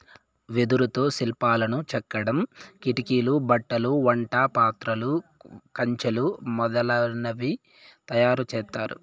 వెదురుతో శిల్పాలను చెక్కడం, కిటికీలు, బుట్టలు, వంట పాత్రలు, కంచెలు మొదలనవి తయారు చేత్తారు